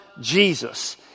Jesus